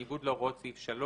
בניגוד להוראות סעיף 3,